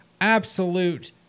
absolute